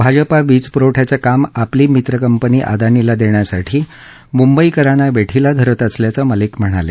भाजपा वीजपुरवठयाचं काम आपली मित्र कंपनी अदानीला देण्यासाठी मुंबईकरांना वेठीला धरत असल्याचं मालिक म्हणाले